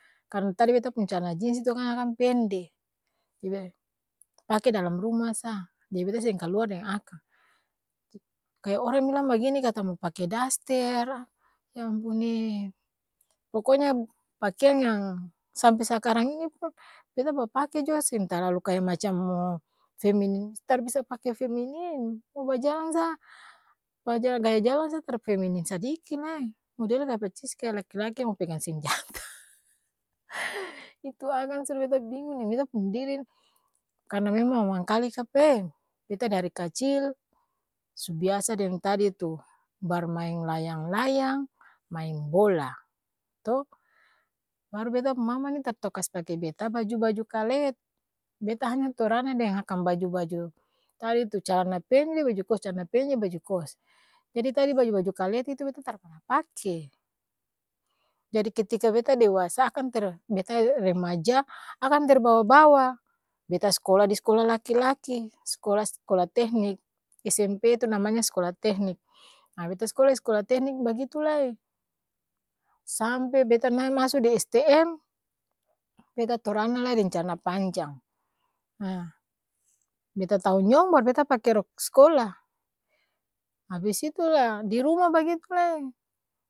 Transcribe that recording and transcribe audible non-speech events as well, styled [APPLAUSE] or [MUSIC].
Karna tadi beta pung calana jins tu akang akang-pende, jadi be pake dalam ruma sa, jadi beta seng kaluar deng akang, kaya orang bilang bagini kata mo pake daster, ya ampun'eee poko nya pakeang yang sampe sakarang ini pun, beta bapake jua seng talalu kaya macam mo feminim, tar bisa pake feminim, mo bajalang sa pa gaya jalang sa tar feminim sadiki lai, model da parcis kaya laki-laki mo pegang senjata [LAUGHS] itu akang suda beta bingung deng beta pung diri ni, karna memang mangkali ka'apa ee? Beta dari kacil, su biasa deng tadi tu, barmaeng layang-layang, maeng bola, to baru beta pung mama ni tar tau kas pake beta baju-baju kalet, beta hanya torana deng akang baju-baju tadi tu, calana pende baju kos, calana pende baju kos, jadi tadi baju-baju kalet itu beta tar parna pake, jadi ketika beta dewasa, akang ter beta remaja, akang terbawa-bawa, beta s'kola di s'kola laki-laki, s'kola, s'kola tehnik, smp tu namanya s'kola tehnik, aa beta s'kola s'kola-tehnik bagitu lai, saaampe beta nae maso di stm, beta torana lai deng calana panjang, haa beta tau nyong, baru beta pake rok s'kola, abis itu laa di ruma bagitu lai.